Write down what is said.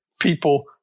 people